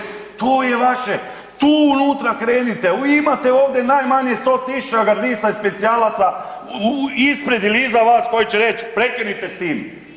To je vaše, tu unutra krenite, imate ovdje najmanje 100 000 gardista i specijalaca ispred ili iza vas koji će reć prekinite s tim.